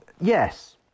Yes